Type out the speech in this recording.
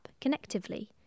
Connectively